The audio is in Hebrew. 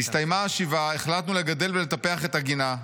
הסתיימה השבעה, החלטנו לגדל ולטפח את הגינה.